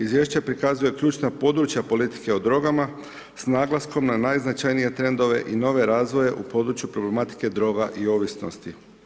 Izvješće prikazuje ključna područja politike o drogama s naglaskom na najznačajnije trendove i nove razvoje u području problematike droga i ovisnosti.